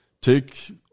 take